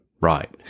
right